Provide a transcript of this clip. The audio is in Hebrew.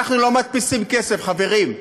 אנחנו לא מדפיסים כסף, חברים,